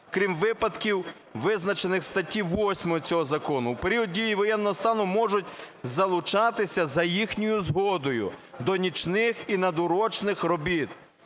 (крім випадків, визначених статтею 8 цього закону), у період дії воєнного стану можуть залучатися за їхньою згодою до нічних і надурочних робіт,